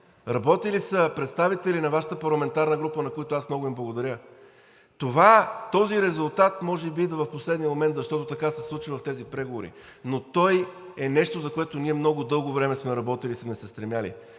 Работили са представители на Вашата парламентарна група, на които аз много им благодаря. Този резултат може би идва в последния момент, защото така се случва в тези преговори, но той е нещо, за което ние много дълго време сме работили и сме се стремили.